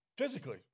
physically